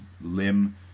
limb